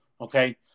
Okay